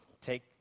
Take